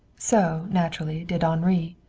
so, naturally, did henri.